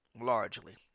largely